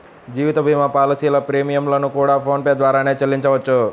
జీవిత భీమా పాలసీల ప్రీమియం లను కూడా ఫోన్ పే ద్వారానే చెల్లించవచ్చు